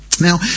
Now